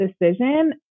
decision